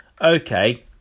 okay